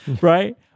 right